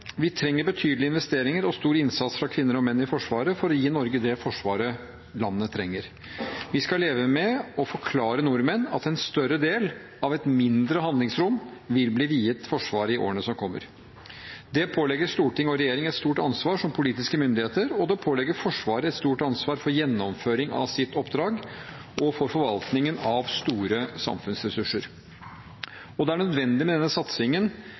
Vi trenger betydelige investeringer og stor innsats fra kvinner og menn i Forsvaret for å gi Norge det forsvaret landet trenger. Vi skal leve med og forklare nordmenn at en større del av et mindre handlingsrom vil bli viet Forsvaret i årene som kommer. Det pålegger storting og regjering et stort ansvar som politiske myndigheter, og det pålegger Forsvaret et stort ansvar for gjennomføring av sitt oppdrag og for forvaltningen av store samfunnsressurser. Det er nødvendig med denne satsingen